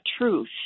truth